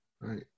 right